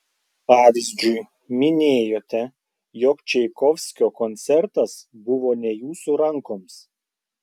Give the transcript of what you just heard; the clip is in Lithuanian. pavyzdžiui minėjote jog čaikovskio koncertas buvo ne jūsų rankoms